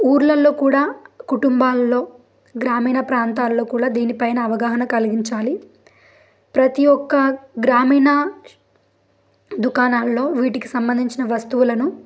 ఊర్లల్లో కూడా కుటుంబాల్లో గ్రామీణ ప్రాంతాల్లో కూడా దీనిపైన అవగాహన కలిగించాలి ప్రతి ఒక్క గ్రామీణ దుకాణాల్లో వీటికి సంబంధించిన వస్తువులను